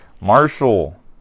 Marshall